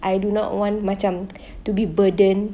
I do not want macam to be burdened